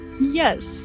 yes